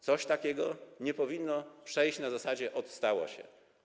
Coś takiego nie powinno przejść na zasadzie: ot, stało się.